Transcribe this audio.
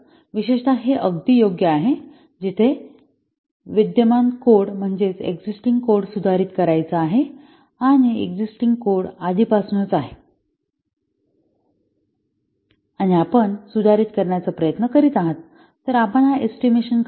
तर विशेषतः हे अगदी योग्य आहे जिथे विद्यमान कोड सुधारित करायचा आहे आणि विद्यमान कोड आधीपासून आहे आणि आपण सुधारित करण्याचा प्रयत्न करीत आहात तर आपण हा एस्टिमेशन करीत आहात